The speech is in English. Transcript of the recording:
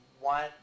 one